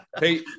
Hey